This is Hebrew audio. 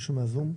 מישהו מהזום?